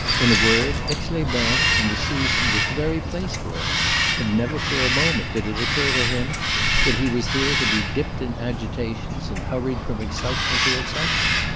in a word, aix-les-bains in the season was the very place for him and never for a moment did it occur to him that he was here to be dipped in agitations, and hurried from excitement to excitement.